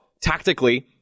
Tactically